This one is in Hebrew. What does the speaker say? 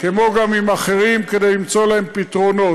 כמו גם עם אחרים, כדי למצוא להם פתרונות.